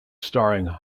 starring